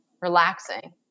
relaxing